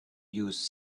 use